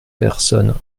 personne